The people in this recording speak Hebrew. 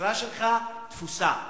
המשרה שלך תפוסה.